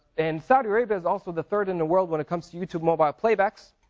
and saudi arabia is also the third in the world when it comes to youtube mobile playbacks,